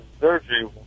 surgery